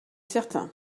certain